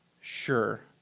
sure